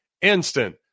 instant